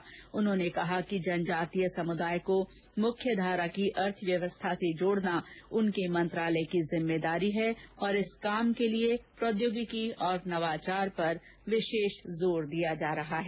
अर्जुन मुंडा ने कहा कि जनजातीय समुदाय को मुख्य धारा की अर्थव्यवस्था से जोड़ना उनके मंत्रालय की जिम्मेदारी है और इस काम के लिए प्रोद्योगिकी और नवाचार पर विशेष जोर दिया जा रहा है